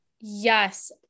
Yes